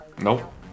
Nope